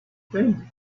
been